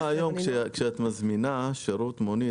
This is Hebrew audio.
היום כשאת מזמינה שירות מונית,